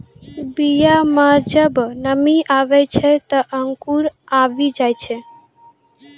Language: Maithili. बीया म जब नमी आवै छै, त अंकुर आवि जाय छै